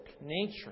nature